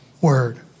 word